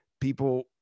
people